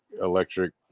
electric